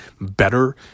better